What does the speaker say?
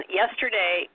yesterday